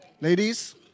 Ladies